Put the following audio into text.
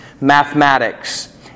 mathematics